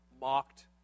mocked